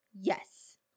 Yes